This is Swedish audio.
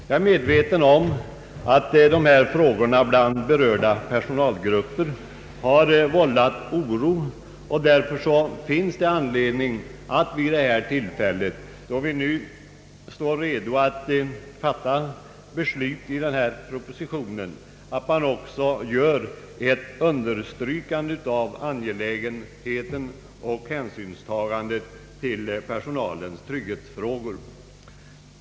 Jag är medveten om att dessa frågor har vållat oro bland berörda personalgrupper. Därför finns det anledning att vid detta tillfälle, då vi står redo att fatta beslut om föreliggande proposition, också understryka angelägenheten av hänsynstagande till personalens trygghetsfrågor.